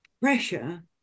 pressure